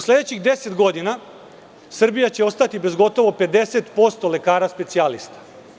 Sledećih 10 godina Srbija će ostati bez gotovo 50% lekara specijalista.